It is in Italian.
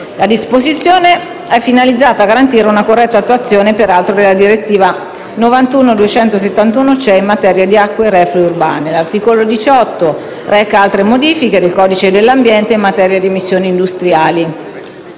La disposizione è finalizzata a garantire, peraltro, una corretta attuazione della direttiva 91/271/CEE in materia di acque reflue urbane. L'articolo 18 reca altre modifiche al codice dell'ambiente in materia di emissioni industriali.